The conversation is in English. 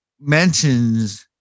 mentions